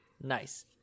Nice